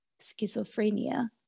schizophrenia